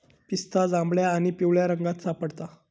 पिस्ता जांभळ्या आणि पिवळ्या रंगात सापडता